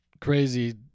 Crazy